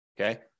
Okay